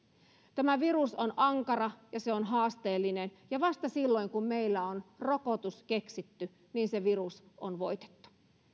tämä virus on ankara ja se on haasteellinen ja vasta silloin kun meillä on rokotus keksitty se virus on voitettu